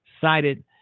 cited